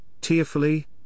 tearfully